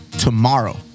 Tomorrow